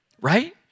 Right